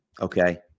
Okay